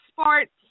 Sports